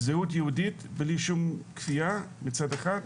זהות יהודית, בלי שום כפייה, מצד אחד.